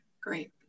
Great